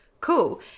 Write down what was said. cool